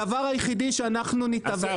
הדבר היחיד שאנחנו --- אסף.